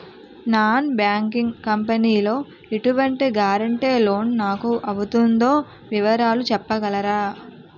Non banking company లో ఎటువంటి guarantee loan నాకు అవుతుందో వివరాలు చెప్పగలరా?